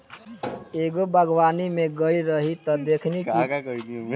एगो बागवानी में गइल रही त देखनी कि पेड़ के चारो ओर छोट छोट पत्थर डालल रहे